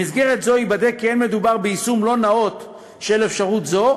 במסגרת זו ייבדק כי אין מדובר ביישום לא נאות של אפשרות זו,